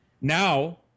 now